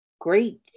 great